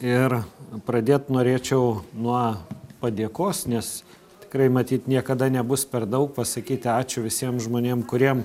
ir pradėt norėčiau nuo padėkos nes tikrai matyt niekada nebus per daug pasakyti ačiū visiem žmonėm kuriem